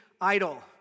idol